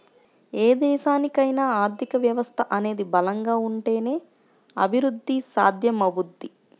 ఏ దేశానికైనా ఆర్థిక వ్యవస్థ అనేది బలంగా ఉంటేనే అభిరుద్ధి సాధ్యమవుద్ది